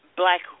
Black